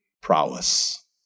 prowess